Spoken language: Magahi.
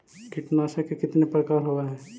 कीटनाशक के कितना प्रकार होव हइ?